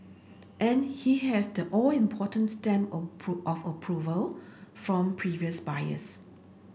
and he has the all important stamp of of approval from previous buyers